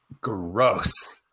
Gross